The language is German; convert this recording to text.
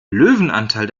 löwenanteil